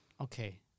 Okay